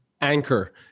anchor